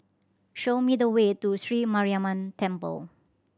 show me the way to Sri Mariamman Temple